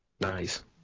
Nice